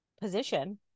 position